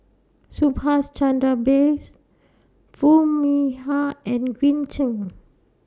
Subhas Chandra Bose Foo Mee Har and Green Zeng